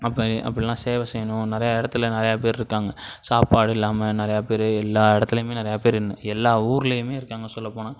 அப்போ அப்படில்லாம் சேவை செய்யணும் நிறையா இடத்துல நிறையா பேர்ருக்காங்க சாப்பாடு இல்லாமல் நிறையா பேர் எல்லா இடத்துலையுமே நிறையா பேர்ன்னு எல்லா ஊர்லையுமே இருக்காங்க சொல்ல போனால்